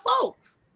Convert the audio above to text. folks